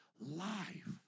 life